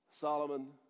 Solomon